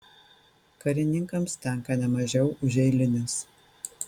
karininkams tenka ne mažiau už eilinius